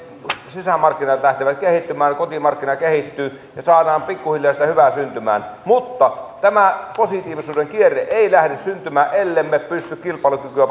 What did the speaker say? sisämarkkinat lähtevät kehittymään kotimarkkina kehittyy ja saadaan pikkuhiljaa sitä hyvää syntymään mutta tämä positiivisuuden kierre ei lähde syntymään ellemme pysty kilpailukykyä